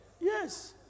Yes